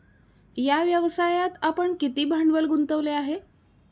या व्यवसायात आपण किती भांडवल गुंतवले आहे?